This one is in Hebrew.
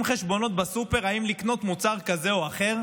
חשבונות בסופר אם לקנות מוצר כזה או אחר.